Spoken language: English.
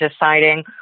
deciding